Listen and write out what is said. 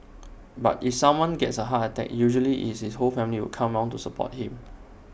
but if someone gets A heart attack usually is his whole family would come around to support him